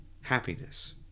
Happiness